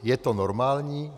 Je to normální?